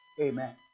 Amen